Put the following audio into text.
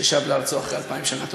ששב לארצו אחרי אלפיים שנה.